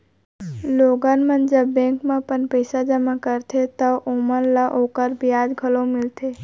लोगन मन जब बेंक म अपन पइसा जमा करथे तव ओमन ल ओकर बियाज घलौ मिलथे